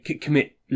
commit